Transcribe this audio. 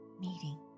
meeting